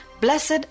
Blessed